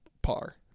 par